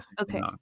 Okay